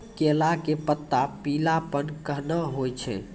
केला के पत्ता पीलापन कहना हो छै?